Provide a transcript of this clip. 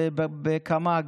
בקמ"ג,